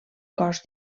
cos